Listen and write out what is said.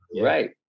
Right